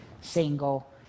single